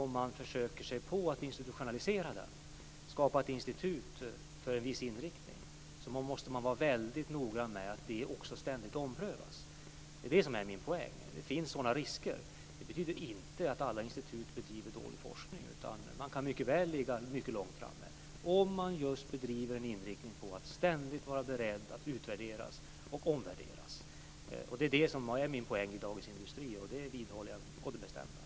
Om man försöker att institutionalisera forskningen, skapa ett institut för en viss inriktning måste man vara noga med att detta ständigt omprövas. Det är det som är min poäng. Det finns sådana risker, men det betyder inte att alla institut bedriver dålig forskning. Man kan mycket väl ligga mycket långt framme om man har inriktningen att ständigt vara beredd på att utvärderas om omvärderas. Det var det som var min poäng i tidningen Dagens Industri, och det vidhåller jag å det bestämdaste.